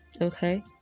okay